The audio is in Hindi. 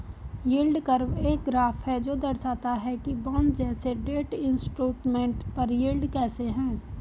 यील्ड कर्व एक ग्राफ है जो दर्शाता है कि बॉन्ड जैसे डेट इंस्ट्रूमेंट पर यील्ड कैसे है